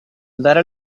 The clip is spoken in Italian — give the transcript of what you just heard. dare